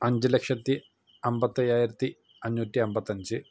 അഞ്ച്ലക്ഷത്തി അമ്പത്തിയയ്യായിരത്തി അഞ്ഞൂറ്റമ്പത്തഞ്ച്